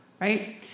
right